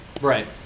Right